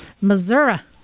Missouri